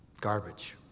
garbage